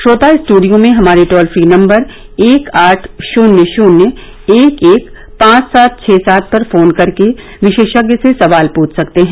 श्रोता स्टूडियो में हमारे टोल फ्री नम्बर एक आठ शून्य शून्य एक एक पांच सात छः सात पर फोन करके विशेषज्ञ से सवाल पूछ सकते हैं